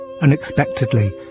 unexpectedly